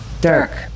Dirk